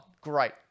great